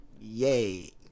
Yay